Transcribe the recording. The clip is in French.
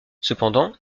cependant